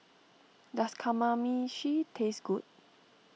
does Kamameshi taste good